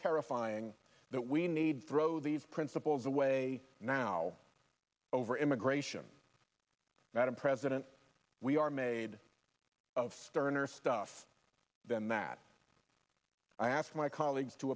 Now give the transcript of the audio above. terrifying that we need throw these principles away now over immigration madam president we are made of sterner stuff than that i ask my colleagues to